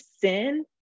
sin